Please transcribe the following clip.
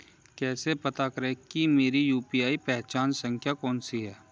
कैसे पता करें कि मेरी यू.पी.आई पहचान संख्या कौनसी है?